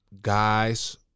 guys